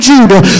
Judah